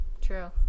true